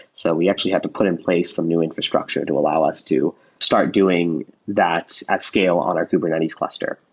so we actually had to put in place some new infrastructure to allow us to start doing that at scale on our kubernetes cluster.